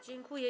Dziękuję.